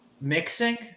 mixing